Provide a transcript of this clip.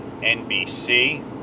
NBC